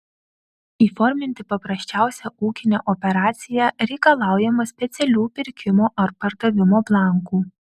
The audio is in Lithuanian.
įforminti paprasčiausią ūkinę operaciją reikalaujama specialių pirkimo ar pardavimo blankų